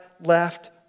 left